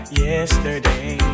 yesterday